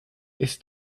ist